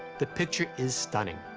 the picture is stunning.